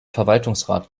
verwaltungsrat